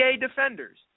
defenders